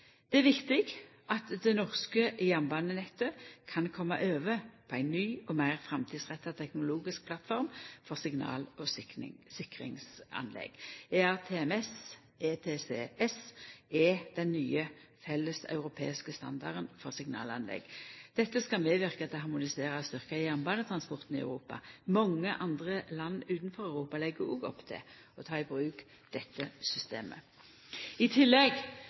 Det er viktig at det norske jernbanenettet kan koma over på ei ny og meir framtidsretta teknologisk plattform for signal- og sikringsanlegg. ERTMS/ETCS er den nye felles europeiske standarden for signalanlegg. Dette skal medverka til å harmonisera og styrkja jernbanetransporten i Europa. Mange andre land utanfor Europa legg også opp til å ta i bruk dette systemet. I tillegg